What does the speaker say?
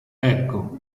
ecco